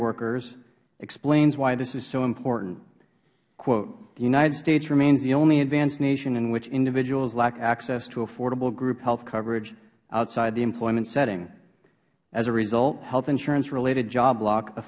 workers explains why this is so important the united states remains the only advanced nation in which individuals lack access to affordable group health coverage outside the employment setting as a result health insurance related job lock